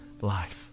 life